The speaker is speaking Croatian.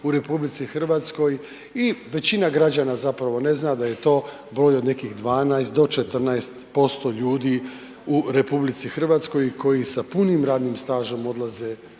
u RH i većina građana zapravo ne zna da je to broj od nekih 12 do 14% ljudi u RH koji sa punim radnim stažom odlaze u mirovinu